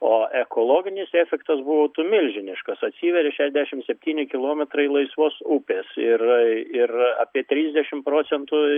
o ekologinis efektas būtų milžiniškas atsiveria šešiasdešimt septyni kilometrai laisvos upės ir ir apie trisdešimt procentų